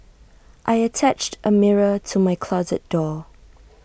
I attached A mirror to my closet door